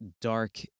dark